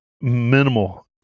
minimal